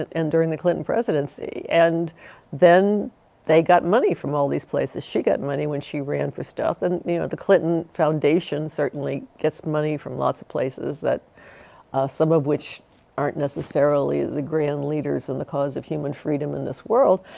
and and during the clinton presidency, and then they got money from all these places. she got money when she ran for stuff and you know the clinton foundation certainly gets money from lots of places that some of which aren't necessarily the grand leaders in the cause of human freedom in this world.